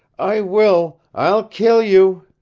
i will. i'll kill you!